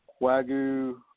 wagyu